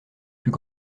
plus